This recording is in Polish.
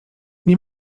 nie